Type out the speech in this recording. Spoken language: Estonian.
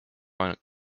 ainult